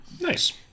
Nice